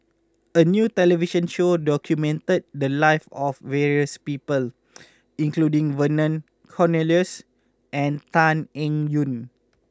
a new television show documented the lives of various people including Vernon Cornelius and Tan Eng Yoon